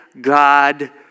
God